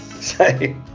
Say